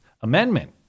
Amendment